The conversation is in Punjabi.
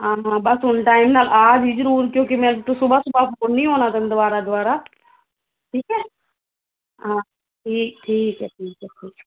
ਹਾਂ ਹਾਂ ਬੱਸ ਹੁਣ ਟਾਈਮ ਨਾਲ ਆਹ ਵੀ ਜਰੂਰ ਕਿਉਂਕਿ ਮੇਰੇ ਤੋਂ ਸਵੇਰੇ ਸਵੇਰੇ ਫੋਨ ਨੀ ਤੈਨੂੰ ਦੁਬਾਰਾ ਦੁਬਾਰਾ ਠੀਕ ਹ ਹਾਂ ਠੀਕ ਹ ਠੀਕ ਐ ਠੀਕ